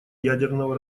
ядерного